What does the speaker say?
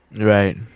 right